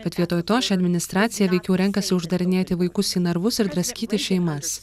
bet vietoj to ši administracija veikiau renkasi uždarinėti vaikus į narvus ir draskyti šeimas